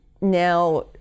now